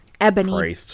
Ebony